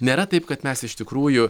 nėra taip kad mes iš tikrųjų